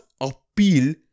appeal